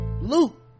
Luke